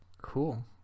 Cool